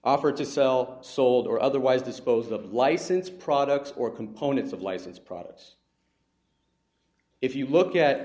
offer to sell sold or otherwise dispose of license products or components of licensed products if you look at